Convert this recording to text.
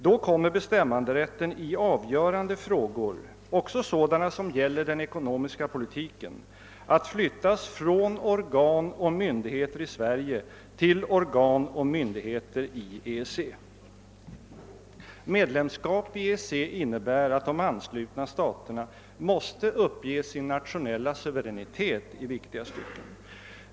Då kommer bestämmanderätten i avgörande frågor — också sådana som gäller den ekonomiska politiken — att flyttas från organ och myndigheter i Sverige till organ och myndigheter i EEC. Medlemskap i EEC innebär att de anslutna staterna måste uppge sin nationella suveränitet i viktiga frågor.